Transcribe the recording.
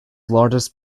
largest